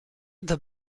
the